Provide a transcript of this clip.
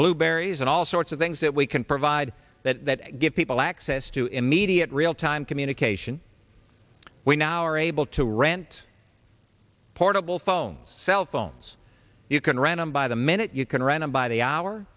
blueberries and all sorts of things that we can provide that give people access to immediate real time communication we now are able to rent portable phones cellphones you can read on by the minute you can read them by the hour